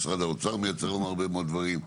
משרד האוצר מייצר לנו הרבה מאוד דברים.